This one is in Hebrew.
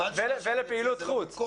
כמובן שמה שאני מציע זה לא במקום.